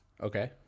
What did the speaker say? okay